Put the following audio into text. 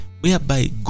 Whereby